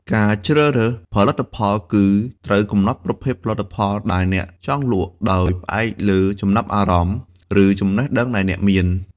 ការជ្រើសរើសផលិតផលគឺ ត្រូវកំណត់ប្រភេទផលិតផលដែលអ្នកចង់លក់ ដោយផ្អែកលើចំណាប់អារម្មណ៍ ឬចំណេះដឹងដែលអ្នកមាន។